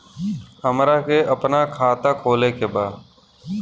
हमरा के अपना खाता खोले के बा?